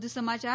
વધુ સમાચાર